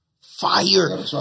Fire